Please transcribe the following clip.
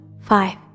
five